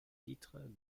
titre